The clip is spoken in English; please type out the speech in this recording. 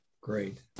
great